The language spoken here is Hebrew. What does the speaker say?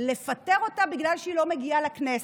לפטר אותה בגלל שהיא לא מגיעה לכנסת.